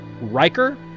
Riker